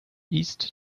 east